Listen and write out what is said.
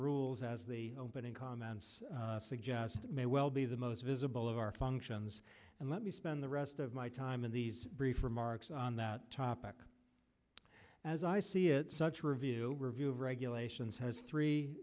rules as the opening comments suggest may well be the most visible of our functions and let me spend the rest of my time in these brief remarks on that topic as i see it such a review review of regulations has three